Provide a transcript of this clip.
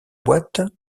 boîte